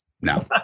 No